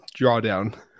drawdown